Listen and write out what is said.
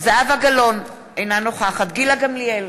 זהבה גלאון, אינה נוכחת גילה גמליאל,